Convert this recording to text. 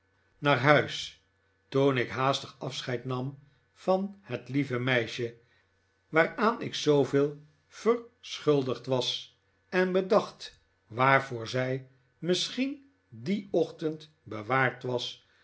naar zijn huis toen ik haastig afscheid nam van het lieve meisje waaraan ik zooveel verschuldigd was en bedacht waarvoor zij misschien dien ochtend bewaard was